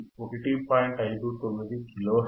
59 kilo hertz